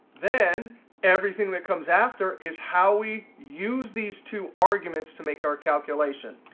then everything that comes after is how we use these two arguments to make our calculation,